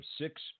six